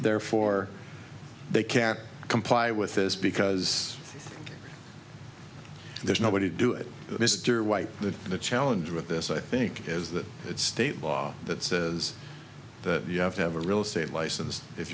therefore they can't comply with this because there's no way to do it mr white the the challenge with this i think is that it's state law that says that you have to have a real estate license if